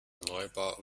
neubau